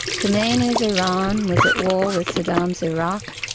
khomeini's iran was at war with saddam's iraq.